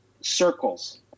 circles